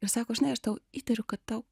ir sako žinai aš tau įtariu kad tau